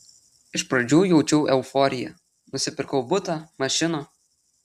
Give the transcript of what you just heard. iš pradžių jaučiau euforiją nusipirkau butą mašiną